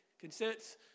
consents